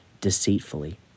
deceitfully